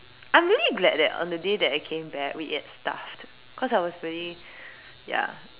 I am really glad that on the day that I came back we ate stuff'd cause I was really ya